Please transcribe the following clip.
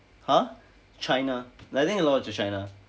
!huh! china like I think a lot to china